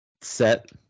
set